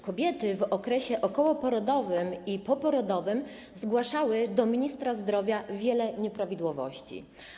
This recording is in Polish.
Kobiety w okresie okołoporodowym i poporodowym zgłaszały do ministra zdrowia wiele nieprawidłowości.